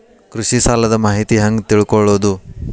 ಕೃಷಿ ಸಾಲದ ಮಾಹಿತಿ ಹೆಂಗ್ ತಿಳ್ಕೊಳ್ಳೋದು?